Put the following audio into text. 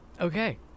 okay